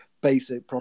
basic